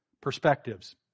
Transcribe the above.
perspectives